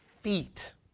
feet